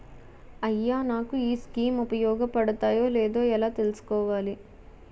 అయ్యా నాకు ఈ స్కీమ్స్ ఉపయోగ పడతయో లేదో ఎలా తులుసుకోవాలి?